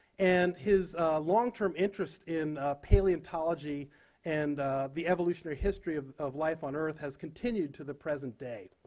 and his long-term interest in paleontology and the evolutionary history of of life on earth has continued to the present day.